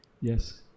Yes